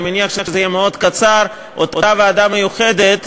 אני מניח שזה יהיה מאוד קצר אותה ועדה מיוחדת,